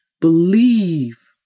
believe